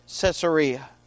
Caesarea